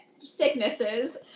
sicknesses